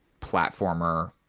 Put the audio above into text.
platformer